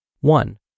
One